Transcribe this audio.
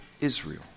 Israel